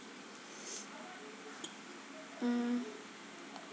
mm